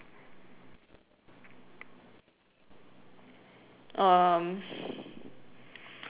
um